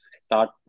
start